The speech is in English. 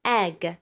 egg